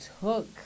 took